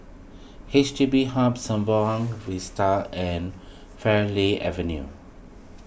H D B Hub Sembawang Vista and Farleigh Avenue